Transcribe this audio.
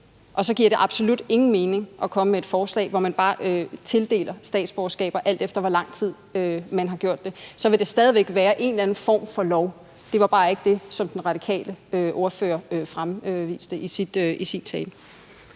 og så giver det absolut ingen mening at komme med et forslag, hvor man bare tildeler statsborgerskaber, alt efter hvor lang tid man har gjort, for så vil det stadig væk være en eller anden form for lov. Det var bare ikke det, som den radikale ordfører fremviste i sin tale.